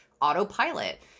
autopilot